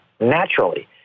naturally